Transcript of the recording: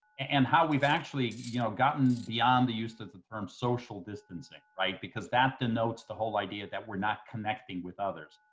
and how we've actually you know gotten beyond the use of the term social distancing, right? because that denotes the whole idea that we're not connecting with others.